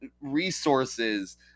Resources